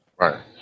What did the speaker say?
Right